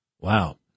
Wow